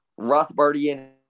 Rothbardian